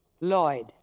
Lloyd